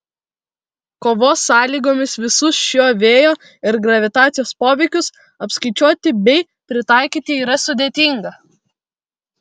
kovos sąlygomis visus šiuo vėjo ir gravitacijos poveikius apskaičiuoti bei pritaikyti yra sudėtinga